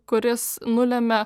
kuris nulemia